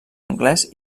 anglès